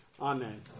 Amen